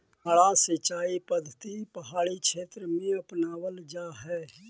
मड्डा सिंचाई पद्धति पहाड़ी क्षेत्र में अपनावल जा हइ